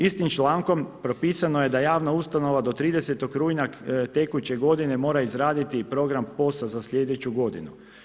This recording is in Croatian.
Istim člankom propisano je da javna ustanova do 30. rujna tekuće godine mora izraditi i program POS-a za slijedeću godinu.